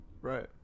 Right